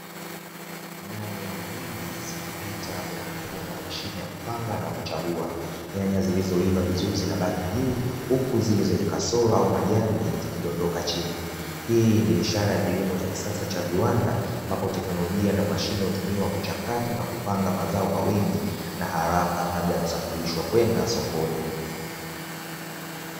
Nyanya nyingi zikipita kwenye mfumo wa mashine za kupanga na kuchagua; nyanya zilizoiva vizuri zinabaki juu huku zile zenye kasoro au majani zikidondoka chini, hii ni ishara ya kilimo cha kisasa cha viwanda ambapo teknolojia na mashine hutumika kuchakata na kupanga mazao kwa wengi; na haraka kabla ya kusafirisha kwenda sokoni.